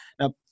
Now